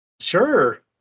sure